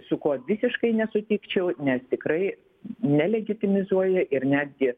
su kuo visiškai nesutikčiau nes tikrai nelegitimizuoja ir netgi